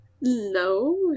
No